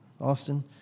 Austin